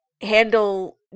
Handle